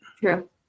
True